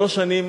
שלוש שנים